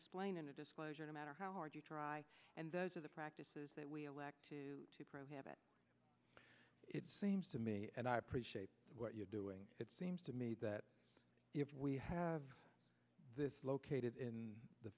explain in a disclosure no matter how hard you try and those are the practices that we elect to prohibit it seems to me and i appreciate what you're doing it seems to me that if we have this located in the